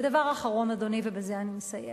ודבר אחרון, אדוני, ובזה אני מסיימת: